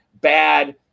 bad